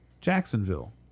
Jacksonville